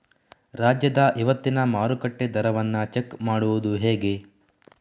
ರಾಜ್ಯದ ಇವತ್ತಿನ ಮಾರುಕಟ್ಟೆ ದರವನ್ನ ಚೆಕ್ ಮಾಡುವುದು ಹೇಗೆ?